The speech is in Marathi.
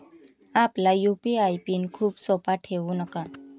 आपला यू.पी.आय पिन खूप सोपा ठेवू नका